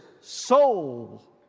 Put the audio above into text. soul